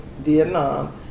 Vietnam